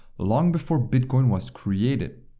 long before bitcoin was created.